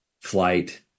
flight